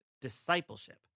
discipleship